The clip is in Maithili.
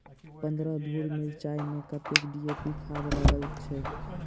पन्द्रह धूर मिर्चाई मे कत्ते डी.ए.पी खाद लगय छै?